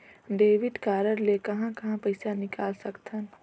Debit card ले कहां कहां पइसा निकाल सकथन?